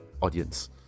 audience